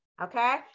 okay